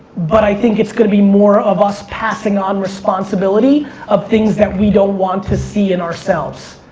but i think it's gonna be more of us passing on responsibility of things that we don't want to see in ourselves.